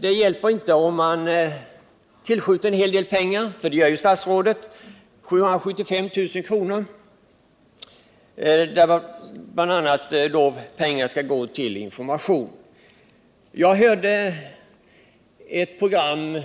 Det hjälper inte att man skjuter till en hel del pengar, vilket statsrådet ju gör. De 775 000 kr. som anslås skall bl.a. gå till information. Jag hörde ett program